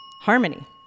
Harmony